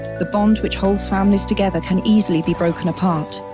the bonds which holds families together can easily be broken apart.